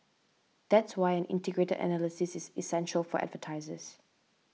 that's why an integrated analysis is essential for advertisers